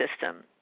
system